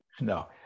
no